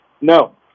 No